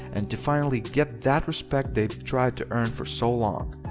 and to finally get that respect they've tried to earn for so long.